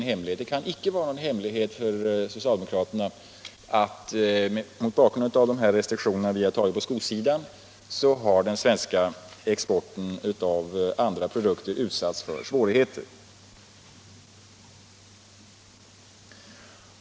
Det kan icke vara någon hemlighet för socialdemokraterna att den svenska exporten har utsatts för svårigheter, mot bakgrund av de restriktioner som införts på skosidan.